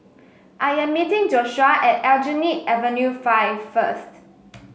I am meeting Joshuah at Aljunied Avenue Five first